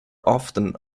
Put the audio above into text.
often